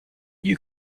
you